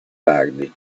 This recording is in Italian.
tardi